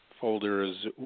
folders